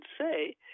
say